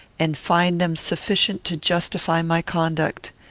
and find them sufficient to justify my conduct.